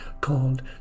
called